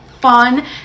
fun